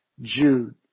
Jude